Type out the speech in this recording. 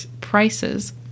prices